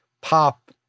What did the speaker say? pop